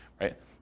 right